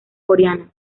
coreana